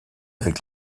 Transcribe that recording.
avec